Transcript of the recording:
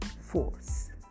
force